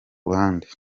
ruhande